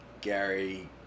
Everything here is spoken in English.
Gary